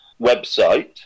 website